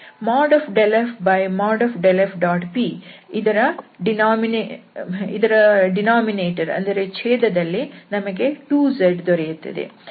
∇f∇f⋅p ಇದರ ಛೇದ ದಲ್ಲಿ ನಮಗೆ 2z ದೊರೆಯುತ್ತದೆ